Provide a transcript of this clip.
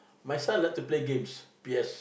my son likes to play games P_S